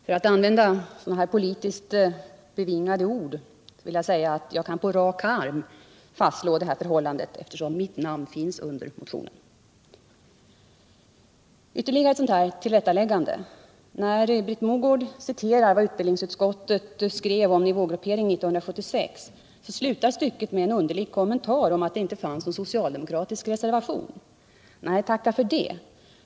För att nu använda ett politiskt bevingat ord: Jag kan ”på rak arm” fastslå detta förhållande, eftersom mitt namn fanns under motionen. Ytterligare ett tillrättaläggande. När Britt Mogård citerar vad utbildningsutskottet skrev om nivågruppering 1976 slutar stycket med en kommentar om att det inte fanns någon socialdemokratisk reservation. Nej, tacka för det.